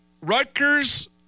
Rutgers